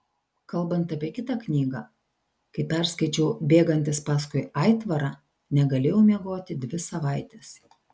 kalbant apie kitą knygą kai perskaičiau bėgantis paskui aitvarą negalėjau miegoti dvi savaitės